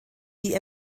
die